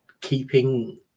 keeping